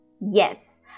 Yes